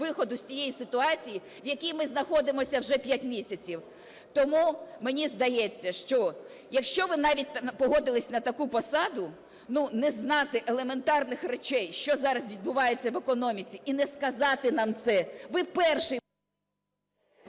виходу з цієї ситуації, в якій ми знаходимось вже 5 місяців. Тому, мені здається, що якщо ви навіть погодились на таку посаду, ну, не знати елементарних речей, що зараз відбувається в економіці і не сказати нам це, ви перший…